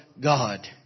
God